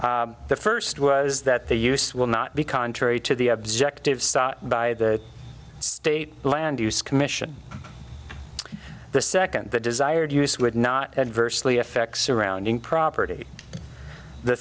the first was that the use will not be contrary to the objectives by the state land use commission the second the desired use would not adversely affect surrounding property the